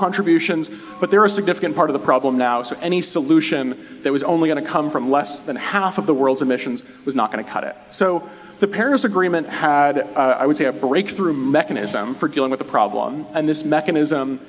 contributions but they're a significant part of the problem now so any solution that was only going to come from less than half of the world's emissions was not going to cut it so the parents agreement had i would say a breakthrough mechanism for dealing with the problem and this mechanism